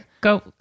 go